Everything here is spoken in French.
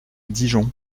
dijon